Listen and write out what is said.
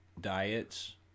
diets